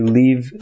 leave